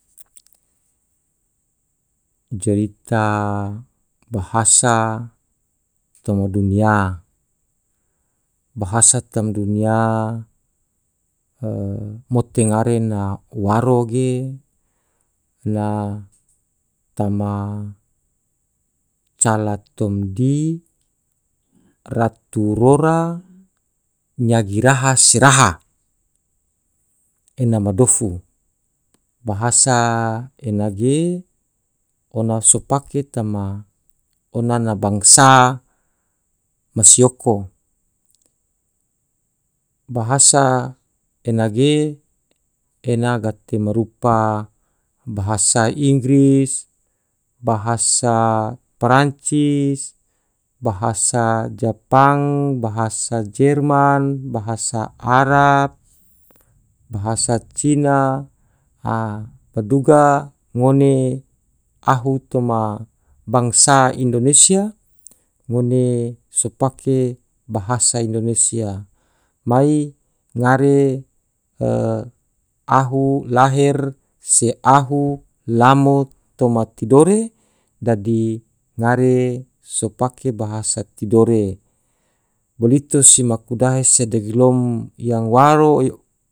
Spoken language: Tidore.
Jarita bahasa toma dunia, bahasa tam dunia mote ngare na waro ge, na tama calatomdi ratu rora nyagi raha se raha, ena ma dofu, bahasa enage ona so pake tama ona na bangsa ma siyoko, bahasa enage ena gate ma rupa bahasa inggris, bahasa prancis, bahasa jepang, bahasa jerman, bahasa arab, bahasa cina. a duga ngone ahu toma bangsa indonesia ngone so pake bahasa indonesia, mai ngare ahu lahir se ahu lamo toma tidore dadi ngare so pake bahasa tidore, bolito se maku dahe yang waro.